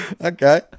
Okay